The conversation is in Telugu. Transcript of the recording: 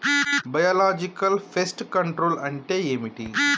బయోలాజికల్ ఫెస్ట్ కంట్రోల్ అంటే ఏమిటి?